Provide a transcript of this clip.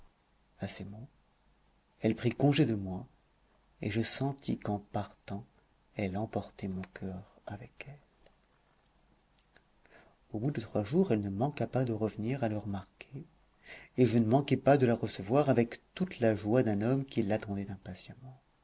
à ces mots elle prit congé de moi et je sentis qu'en partant elle emportait mon coeur avec elle au bout de trois jours elle ne manqua pas de revenir à l'heure marquée et je ne manquai pas de la recevoir avec toute la joie d'un homme qui l'attendait